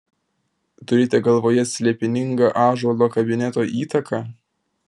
turite galvoje slėpiningą ąžuolo kabineto įtaką